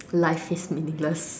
life is meaningless